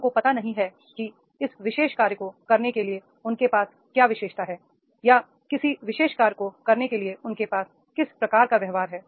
लोगों को पता नहीं है कि इस विशेष कार्य को करने के लिए उनके पास क्या विशेषता हैं या किसी विशेष कार्य को करने के लिए उनके पास किस प्रकार का व्यवहार है